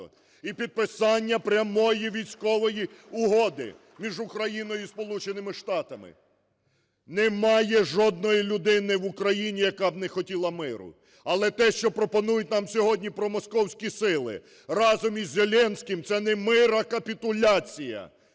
і підписання прямої військової угоди між Україною і Сполученими Штатами. Немає жодної людини в Україні, яка б не хотіла миру. Але те, що пропонують нам сьогодні промосковські сили разом із Зеленським, - це не мир, а капітуляція.